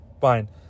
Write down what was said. Fine